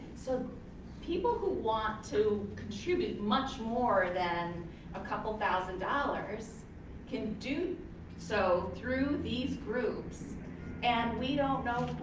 so people who want to contribute much more than a couple thousand dollars can do so through these groups and we don't know